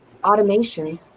automation